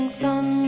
sun